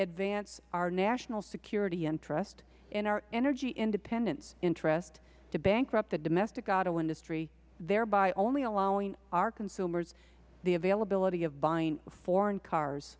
advance our national security interest and our energy independence interest to bankrupt the domestic auto industry thereby only allowing our consumers the availability of buying foreign cars